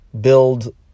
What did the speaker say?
build